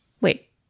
Wait